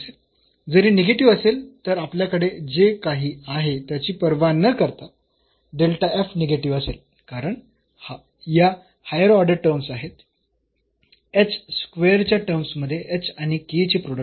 जर हे निगेटिव्ह असेल तर आपल्याकडे जे काही आहे त्याची पर्वा न करता निगेटिव्ह असेल कारण या हायर ऑर्डर टर्म्स आहेत h स्क्वेअर च्या टर्म्स मध्ये h आणि k चे प्रोडक्ट आहे